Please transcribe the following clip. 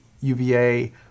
UVA